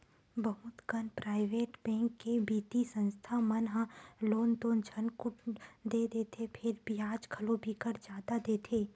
बहुत कन private bank के बित्तीय संस्था मन ह लोन तो झटकुन दे देथे फेर बियाज घलो बिकट जादा लेथे